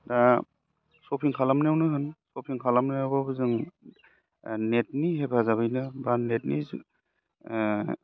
दा शपिं खालामनायावनो होन शपिं खालामनायावबाबो जों नेटनि हेफाजाबैनो बा नेटनि